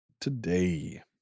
Today